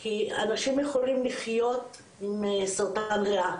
כי אנשים יכולים לחיות עם סרטן ריאה,